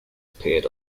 appeared